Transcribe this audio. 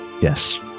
Yes